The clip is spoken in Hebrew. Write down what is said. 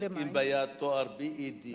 המחזיקים ביד בתואר .B.Ed,